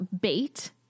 bait